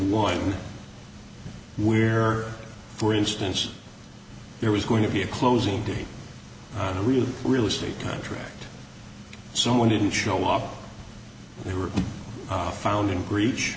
one where for instance there was going to be a closing in on a real real estate contract someone didn't show up and they were off founding gre